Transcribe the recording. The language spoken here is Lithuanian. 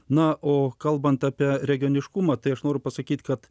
na o kalbant apie regioniškumą tai aš noriu pasakyti kad